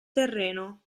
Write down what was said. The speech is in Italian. terreno